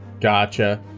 Gotcha